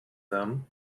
them